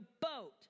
boat